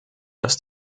dass